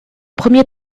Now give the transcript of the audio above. premier